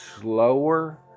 slower